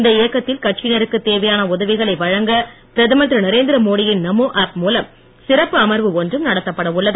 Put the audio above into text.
இந்த இயக்கத்தில் கட்சியனருக்குத் தேவையான உதவிகளை வழங்க பிரதமர் திருநரேந்திர மோடி யின் நமோ ஆப் மூலம் சிறப்பு அமர்வு ஒன்றும் நடத்தப்பட உள்ளது